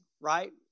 right